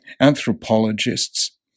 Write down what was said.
Anthropologists